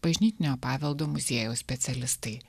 bažnytinio paveldo muziejaus specialistai